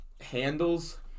handles –